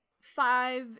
five